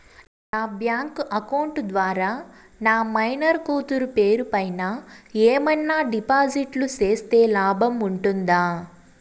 నా bank account ద్వారా నా మైనర్ కూతురు పేరు పైన ఏమన్నా డిపాజిట్లు సేస్తే లాభం ఉంటుందా?